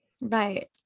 right